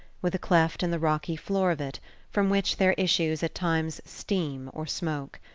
with a cleft in the rocky floor of it from which there issues at times steam or smoke.